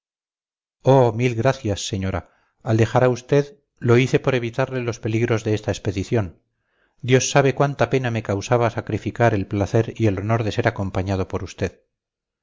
mil gracias señora al dejar a usted lo hice por evitarle los peligros de esta expedición dios sabe cuánta pena me causaba sacrificar el placer y el honor de ser acompañado por usted